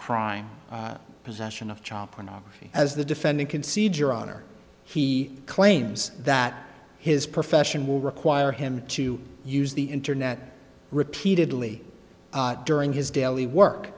crime possession of child pornography as the defendant concede your honor he claims that his profession will require him to use the internet repeatedly during his daily work